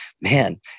man